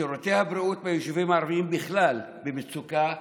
שירותי הבריאות ביישובים הערביים בכלל במצוקה קשה,